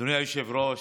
אדוני היושב-ראש,